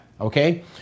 Okay